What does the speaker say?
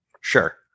Sure